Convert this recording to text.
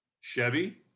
Chevy